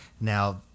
Now